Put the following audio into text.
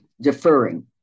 deferring